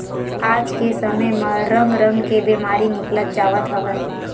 आज के समे म रंग रंग के बेमारी निकलत जावत हवय